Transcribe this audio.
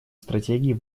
стратегий